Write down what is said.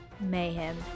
mayhem